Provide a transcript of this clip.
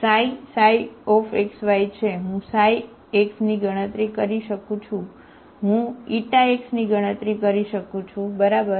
હું ξ x ની ગણતરી કરી શકું છું હું x ની ગણતરી કરી શકું છું બરાબર